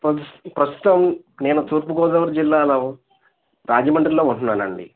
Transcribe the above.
ప్రస్ ప్రస్తుతం నేను తూర్పుగోదావరి జిల్లాలో రాజమండ్రిలో ఉంటున్నాయండి